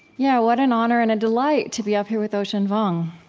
yeah what an honor and a delight to be up here with ocean vuong,